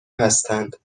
هستند